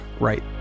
right